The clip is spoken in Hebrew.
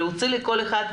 להוציא לכל אחת מכתב.